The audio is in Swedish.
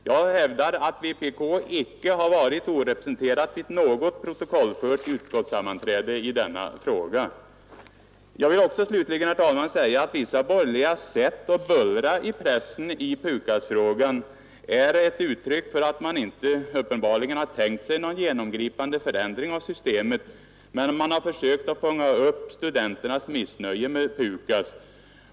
Jag hävdar att vpk icke har varit orepresenterat vid något protokollfört utskottssammanträde i denna fråga. Jag vill slutligen, herr talman, säga att vissa borgerligas sätt att bullra i pressen i PUKAS-frågan är ett uttryck för att man uppenbarligen inte har tänkt sig någon genomgripande förändring av systemet, men man har försökt fånga upp studenternas missnöje med PUKAS.